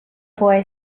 boy